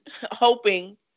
hoping